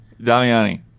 Damiani